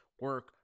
Work